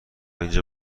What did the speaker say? اینجا